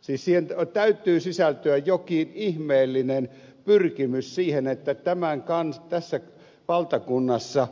siis siihen täytyy sisältyä jokin ihmeellinen pyrkimys siihen että tässä valtakunnassa